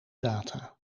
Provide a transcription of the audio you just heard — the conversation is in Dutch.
data